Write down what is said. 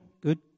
Good